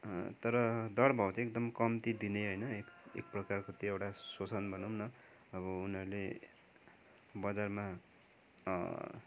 तर दर भाउ चाहिँ एकदम कम्ती दिने होइन एक प्रकारको त्यो एउटा शोषण भनौँ न अब उनीहरूले बजारमा